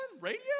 radio